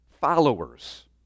followers